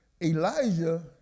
Elijah